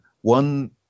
One